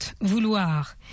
vouloir